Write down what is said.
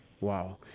Wow